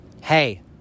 Hey